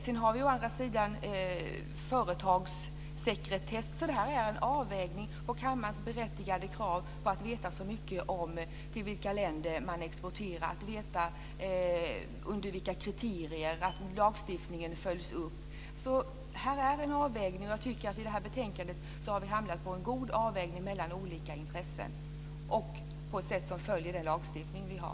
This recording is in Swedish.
Sedan har vi å andra sidan företagssekretess, så detta är en avvägning när det gäller kammarens berättigade krav att veta så mycket som möjligt om till vilka länder man exporterar, att veta under vilka kriterier det sker och att lagstiftningen följs upp. Det är alltså fråga om en avvägning, och jag tycker att vi i det här betänkandet har gjort en god avvägning mellan olika intressen på ett sätt som följer den lagstiftning som vi har.